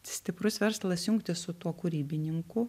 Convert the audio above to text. stiprus verslas jungtis su tuo kūrybininku